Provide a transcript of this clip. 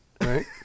right